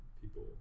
people